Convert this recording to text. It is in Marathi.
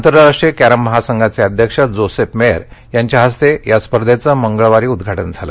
आंतरराष्ट्रीय क्रिस महासंघाचे अध्यक्ष जोसेफ मेयर यांच्या हस्ते या स्पर्धेचं मंगळवारी उद्घाटन झालं